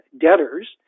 debtors